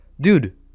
dude